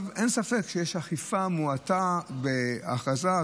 אין ספק שיש אכיפה מועטה, בהכרזה.